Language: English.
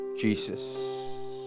Jesus